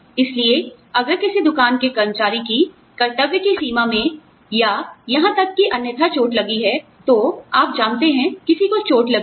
इसलिए अगर किसी दुकान के कर्मचारी की कर्तव्य की सीमा में या यहां तक कि अन्यथा चोट लगी है तो आप जानते हैं किसी को चोट लगी है